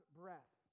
breath